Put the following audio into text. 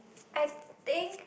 I think